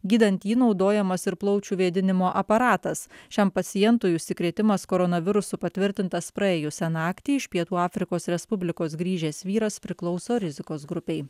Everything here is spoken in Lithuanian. gydant jį naudojamas ir plaučių vėdinimo aparatas šiam pacientui užsikrėtimas koronavirusu patvirtintas praėjusią naktį iš pietų afrikos respublikos grįžęs vyras priklauso rizikos grupei